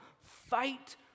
fight